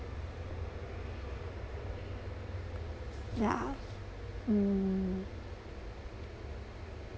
yeah mm